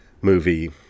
movie